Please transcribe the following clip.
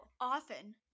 Often